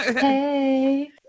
Hey